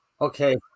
Okay